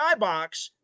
skybox